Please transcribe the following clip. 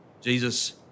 Jesus